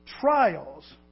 trials